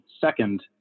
second